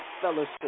Fellowship